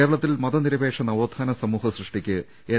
കേരളത്തിൽ മതനിരപേക്ഷ നവോഥാന സമൂഹ സൃഷ്ടിക്ക് എൻ